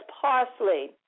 parsley